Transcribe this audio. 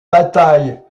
bataille